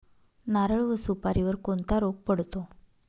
नारळ व सुपारीवर कोणता रोग पडतो?